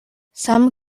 some